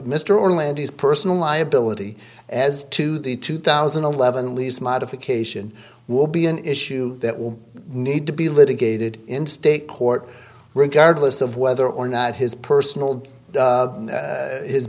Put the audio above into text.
mr orlando his personal liability as to the two thousand and eleven lease modification will be an issue that will need to be litigated in state court regardless of whether or not his personal